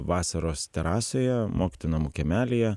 vasaros terasoje mokytojų namų kiemelyje